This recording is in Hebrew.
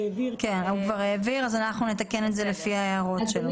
אנחנו נתקן את זה לפי ההערות שלו.